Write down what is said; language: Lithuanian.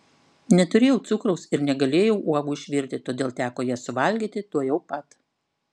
neturėjau cukraus ir negalėjau uogų išvirti todėl teko jas suvalgyti tuojau pat